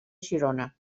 girona